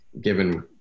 given